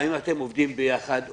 האם אתם עובדים ביחד?